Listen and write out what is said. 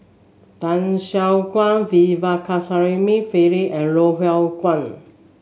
Tan Siah Kwee V Pakirisamy Pillai and Loh Hoong Kwan